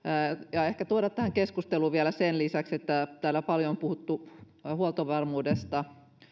ja ehkä tuoda tähän keskusteluun vielä sen lisäksi että täällä on paljon puhuttu huoltovarmuudesta